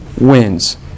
wins